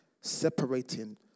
separating